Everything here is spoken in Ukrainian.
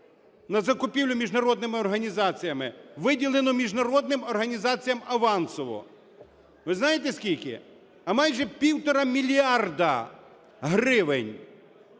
на закупівлю міжнародними організаціями виділено міжнародним організаціям авансово. Ви знаєте, скільки? А майже півтора мільярда гривень.